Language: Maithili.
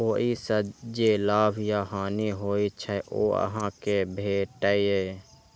ओइ सं जे लाभ या हानि होइ छै, ओ अहां कें भेटैए